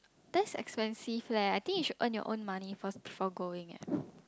that's expensive leh I think you should earn your own money first before going eh